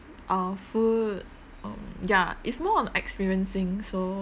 uh food um ya it's more on experiencing so